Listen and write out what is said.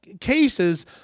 cases